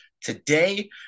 today